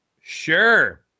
Sure